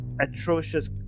atrocious